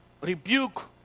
rebuke